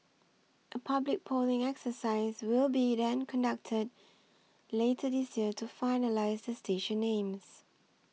a public polling exercise will be then conducted later this year to finalise the station names